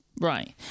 Right